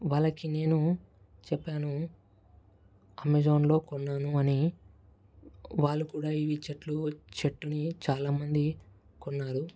వాళ్ళకి నేను చెప్పాను అమెజాన్లో కొన్నాను అని వాళ్ళు కూడా ఈ చెట్లు షర్ట్ని చాలా మంది కొన్నారు